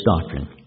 doctrine